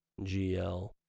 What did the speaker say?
GL